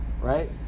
right